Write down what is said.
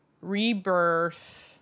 rebirth